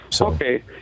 Okay